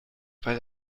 weil